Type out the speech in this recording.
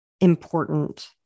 important